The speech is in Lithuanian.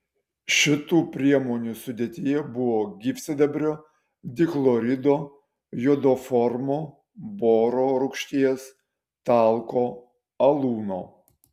šitų priemonių sudėtyje buvo gyvsidabrio dichlorido jodoformo boro rūgšties talko alūno